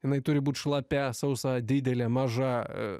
jinai turi būti šlapia sausa didelė maža